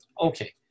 Okay